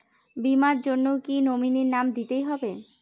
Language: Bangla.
বীমার জন্য কি নমিনীর নাম দিতেই হবে?